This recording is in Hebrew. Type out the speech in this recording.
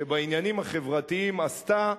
שבעניינים החברתיים עשתה,